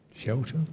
Shelter